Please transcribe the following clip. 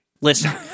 listen